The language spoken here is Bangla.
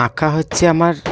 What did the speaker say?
আঁকা হচ্ছে আমার